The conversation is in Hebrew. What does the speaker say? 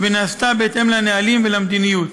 ונעשתה בהתאם לנהלים ולמדיניות.